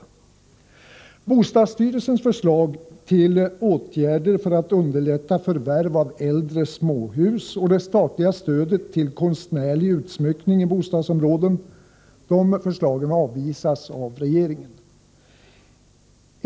Bostadsstyrelsens förslag till åtgärder för att underlätta förvärv av äldre småhus och förslaget om statligt stöd till konstnärlig utsmyckning i bostadsområden avvisas av regeringen.